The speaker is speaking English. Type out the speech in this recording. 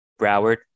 Broward